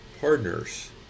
partners